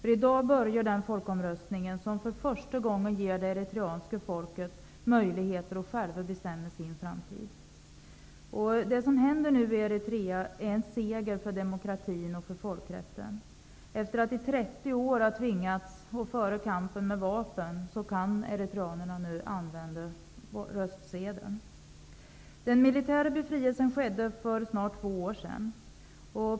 I dag inleds den folkomröstning som för första gången ger det eritreanska folket möjligheter att själva bestämma sin framtid. Det som händer i Eritrea är en seger för demokratin och folkrätten. Efter att i 30 år ha tvingats föra kampen med vapen kan eritreanerna nu använda röstsedeln. Den militära befrielsen skedde för snart två år sedan.